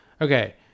Okay